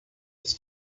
his